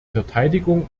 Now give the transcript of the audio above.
verteidigung